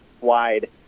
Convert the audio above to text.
wide